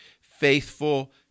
faithful